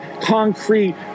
concrete